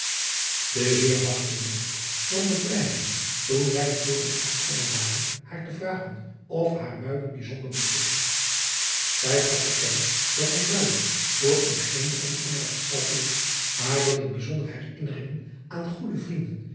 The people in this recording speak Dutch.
e eer nam de vrijheid toen zij den toren afgeklommen waren haar te vragen of haar uiden bijzonder beviel ij gaf te kennen dat zij uiden voor een geene onaardige stad hield maar dat het bijzonder herinnerinneringen aan goede vrienden